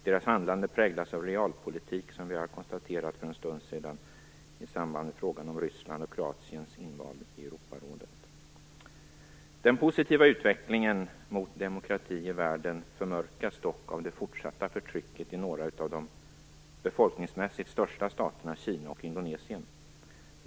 Deras handlande präglas av realpolitik, som vi har konstaterat för en stund sedan i samband med frågan om Rysslands och Den positiva utvecklingen mot demokrati i världen förmörkas dock av det fortsatta förtrycket i några av de befolkningsmässigt största staterna, Kina och Indonesien.